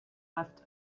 left